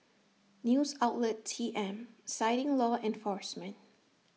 news outlet T M citing law enforcement